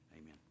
Amen